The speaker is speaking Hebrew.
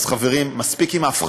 אז, חברים, מספיק עם ההפחדות,